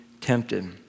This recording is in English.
tempted